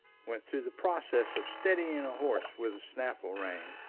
went through the process of steadying a horse with the snaffle-rein,